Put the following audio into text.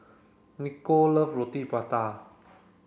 Nicole love Roti Prata